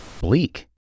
bleak